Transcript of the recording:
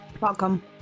welcome